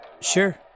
Sure